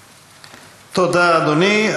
תודה, אדוני.